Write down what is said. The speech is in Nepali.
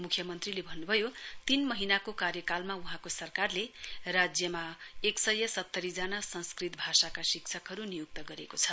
मुख्यमन्त्रीले भन्नुभयो तीन महीनाको कार्यकालमा वहाँको सरकारले राज्यमा एकसय सत्तरीजना संस्कृत शिक्षकहरू नियुक्त गरेको छ